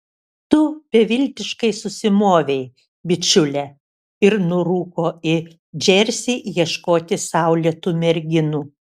tu beviltiškai susimovei bičiule ir nurūko į džersį ieškoti saulėtų merginų